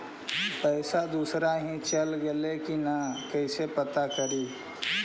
पैसा दुसरा ही चल गेलै की न कैसे पता करि?